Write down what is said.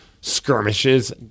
skirmishes